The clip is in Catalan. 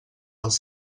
dels